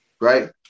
right